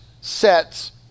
sets